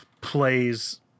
plays